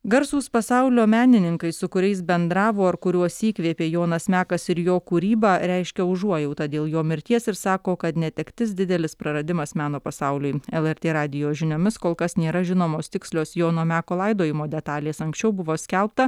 garsūs pasaulio menininkai su kuriais bendravo ar kuriuos įkvėpė jonas mekas ir jo kūryba reiškia užuojautą dėl jo mirties ir sako kad netektis didelis praradimas meno pasauliui lrt radijo žiniomis kol kas nėra žinomos tikslios jono meko laidojimo detalės anksčiau buvo skelbta